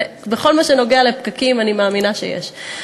בכל מה שנוגע לפקקים, אני מאמינה שיש.